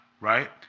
right